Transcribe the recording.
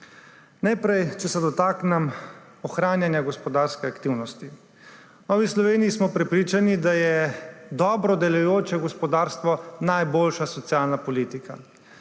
najprej dotaknem ohranjanja gospodarske aktivnosti. V Novi Sloveniji smo prepričani, da je dobro delujoče gospodarstvo najboljša socialna politika.